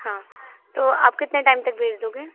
हाँ तो आप कितने टाइम तक भेज दोगे